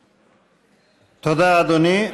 תודה, אדוני.